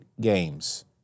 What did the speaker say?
games